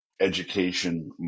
education